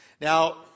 Now